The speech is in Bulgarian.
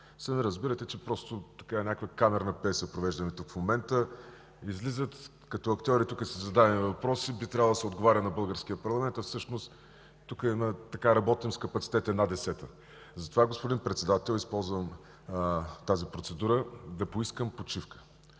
Сами разбирате, че просто някаква камерна пиеса провеждаме тук в момента. Излизат като актьори тук и си задават въпроси, би трябвало да се отговаря на българския парламент, а всъщност работим с капацитет една десета. Затова, господин Председател, използвам тази процедура, за да поискам почивка